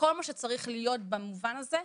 לכל מה שצריך להיות במובן הזה,